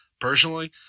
personally